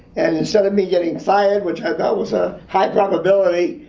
and instead of me getting fired, which i thought was a high probability,